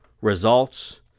results